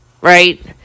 right